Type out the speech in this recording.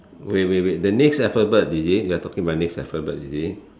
wait wait wait the next alphabet is it you're talking about next alphabet is it